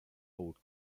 old